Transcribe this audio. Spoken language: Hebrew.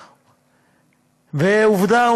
ועובדה,